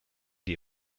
die